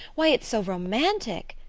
why, it's so romantic!